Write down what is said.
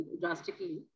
drastically